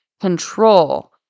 control